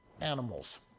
animals